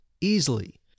easily